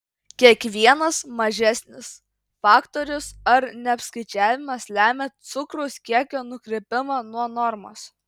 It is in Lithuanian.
kiekvienas mažesnis faktorius ar neapskaičiavimas lemia cukraus kiekio nukrypimą nuo normos